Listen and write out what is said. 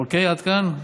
אוקיי עד כאן?